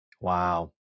Wow